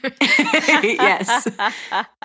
Yes